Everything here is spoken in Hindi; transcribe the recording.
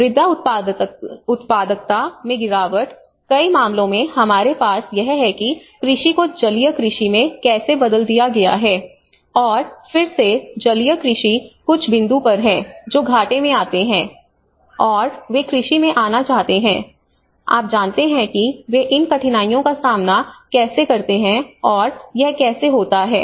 मृदा उत्पादकता में गिरावट कई मामलों में हमारे पास यह है कि कृषि को जलीय कृषि में कैसे बदल दिया गया है और फिर से जलीय कृषि कुछ बिंदु पर है जो घाटे में आते हैं और वे कृषि में आना चाहते हैं आप जानते हैं कि वे इन कठिनाइयों का सामना कैसे करते हैं और यह कैसे होता है